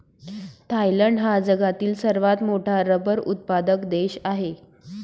Thailand हा जगातील सर्वात मोठा रबर उत्पादक देश आहे